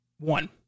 One